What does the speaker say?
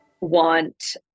want